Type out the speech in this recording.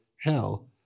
hell